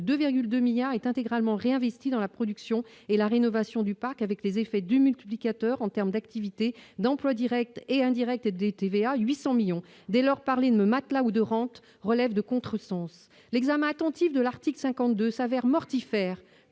2 2 milliards est intégralement réinvestis dans la production et la rénovation du parc avec les effets du multiplicateur en termes d'activité d'emplois Directs et indirects des TVA à 800 millions dès leur parler, ne matelas ou de rentes relève de contresens l'examen attentif de l'article 52 s'avère mortifère